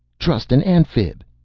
trust an amphib,